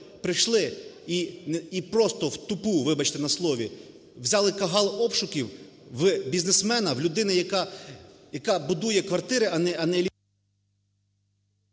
прийшли і просто в тупу, вибачте на слові, взяли кагал обшуків в бізнесмена, у людина, яка будує квартири, а не…